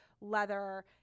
leather